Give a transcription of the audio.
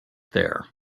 there